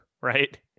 right